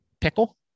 Pickle